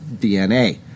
DNA